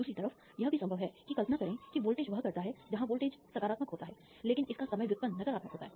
दूसरी तरफ यह भी संभव है कि कल्पना करें कि वोल्टेज वह करता है जहां वोल्टेज सकारात्मक होता है लेकिन इसका समय व्युत्पन्न नकारात्मक होता है